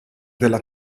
della